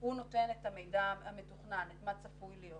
הוא נותן את המידע המתוכנן, או מה צפוי להיות.